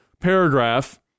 paragraph